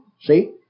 See